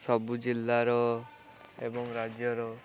ସବୁ ଜିଲ୍ଲାର ଏବଂ ରାଜ୍ୟର